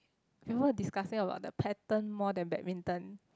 people were discussing about the pattern more than badminton